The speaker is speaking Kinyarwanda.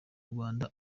rwanda